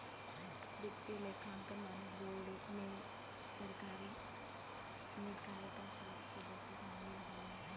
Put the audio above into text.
वित्तीय लेखांकन मानक बोर्ड में सरकारी निकाय क सात सदस्य शामिल होलन